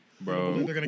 bro